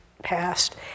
passed